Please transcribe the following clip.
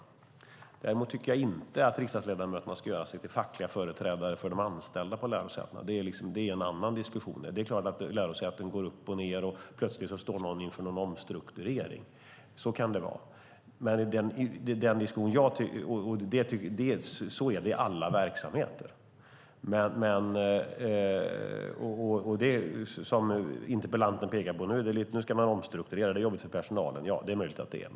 Däremot tycker jag inte att riksdagsledamöterna ska göra sig till fackliga företrädare för de anställda på lärosätena. Det är en annan diskussion. Det är klart att lärosäten går upp och ned, och plötsligt står någon inför en omstrukturering. Så kan det vara, och så är det i alla verksamheter. Som interpellanten pekar på kan det låta så här: Nu ska man omstrukturera, och det är jobbigt för personalen. Ja, det är möjligt att det är.